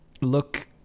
look